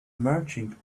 marching